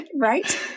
Right